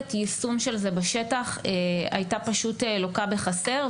יכולת היישום של זה בשטח הייתה לוקה בחסר.